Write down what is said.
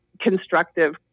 constructive